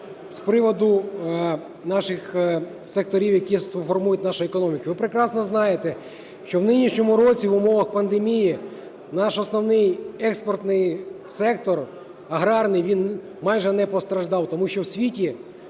з приводу наших секторів, які формують нашу економіку. Ви прекрасно знаєте, що в нинішньому році в умовах пандемії наш основний експортний сектор аграрний, він майже не постраждав, тому що у світі